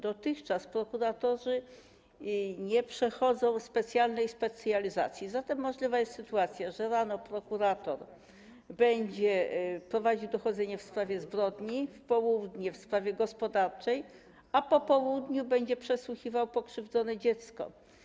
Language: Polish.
Dotychczas prokuratorzy nie odbywają specjalnej specjalizacji, zatem możliwa jest sytuacja, że rano prokurator będzie prowadził dochodzenie w sprawie zbrodni, w południe w sprawie gospodarczej, a po południu będzie przesłuchiwał pokrzywdzone dziecko.